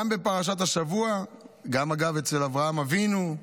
גם בפרשת השבוע, וגם אגב אצל אברהם אבינו,